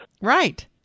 right